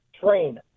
train